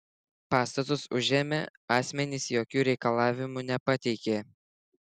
pastatus užėmę asmenys jokių reikalavimų nepateikė